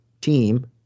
team